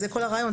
זה כל הרעיון.